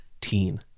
teen